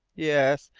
yes,